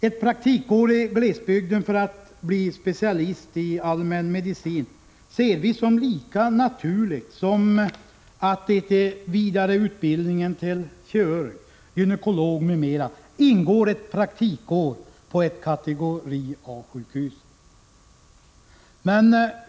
Ett praktikår i glesbygden för att bli specialist i allmänmedicin ser vi som lika naturligt som att det i vidareutbildningen till kirurg, gynekolog m.m. ingår ett praktikår på ett A-sjukhus.